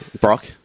Brock